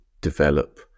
develop